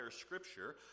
scripture